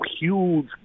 huge